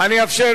אני אאפשר